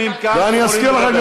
תודה.